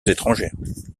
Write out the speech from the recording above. étrangères